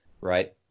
right